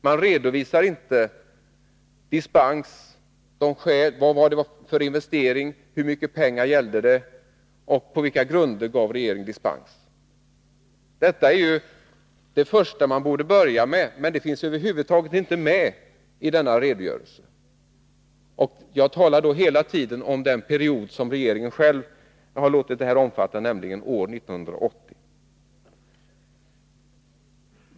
Man redovisar inte dispenser, vad det var för investering, hur mycket pengar det gällde eller på vilka grunder regeringen gav dispens. Detta är ju vad man borde börja med, men det finns över huvud taget inte med i denna redogörelse. Jag talar då hela tiden om den period som regeringen själv har låtit redogörelsen omfatta, nämligen år 1980.